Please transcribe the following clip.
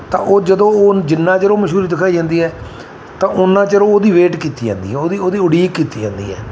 ਤਾਂ ਉਹ ਜਦੋਂ ਉਹ ਜਿੰਨਾ ਚਿਰ ਉਹ ਮਸ਼ਹੂਰੀ ਦਿਖਾਈ ਜਾਂਦੀ ਹੈ ਤਾਂ ਉੰਨਾ ਚਿਰ ਉਹਦੀ ਵੇਟ ਕੀਤੀ ਜਾਂਦੀ ਹੈ ਉਹਦੀ ਉਹਦੀ ਉਡੀਕ ਕੀਤੀ ਜਾਂਦੀ ਹੈ